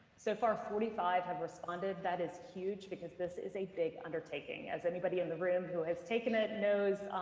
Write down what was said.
so far forty five have responded that is huge because this is a big undertaking. as anybody in the room who has taken it knows,